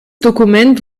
dokument